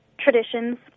traditions